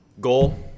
goal